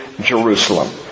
Jerusalem